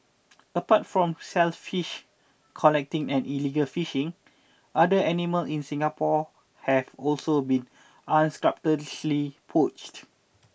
apart from shells fish collecting and illegal fishing other animal in Singapore have also been unscrupulously poached